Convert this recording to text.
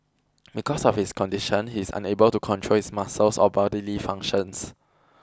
because of his condition he is unable to control his muscles or bodily functions